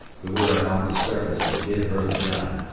we were about to surface and give her the gun,